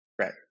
Right